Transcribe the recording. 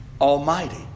Almighty